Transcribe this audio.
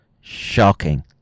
shocking